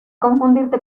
confundirte